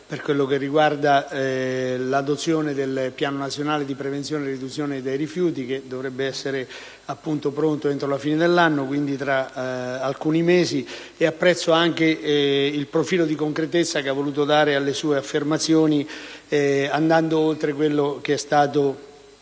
quello relativo all'adozione del piano nazionale di prevenzione e riduzione dei rifiuti che dovrebbe essere pronto entro la fine dell'anno, quindi tra alcuni mesi, e apprezzo anche il profilo di concretezza che ha voluto dare alle sue affermazioni, andando oltre quello che è stato